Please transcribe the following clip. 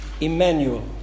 Emmanuel